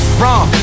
wrong